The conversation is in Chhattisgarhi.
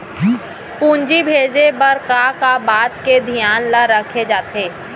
पूंजी भेजे बर का का बात के धियान ल रखे जाथे?